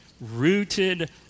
rooted